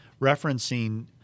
referencing